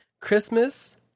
christmas